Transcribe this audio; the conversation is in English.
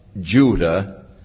Judah